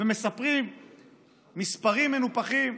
ומסַפרים מספרים מנופחים.